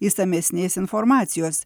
išsamesnės informacijos